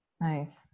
nice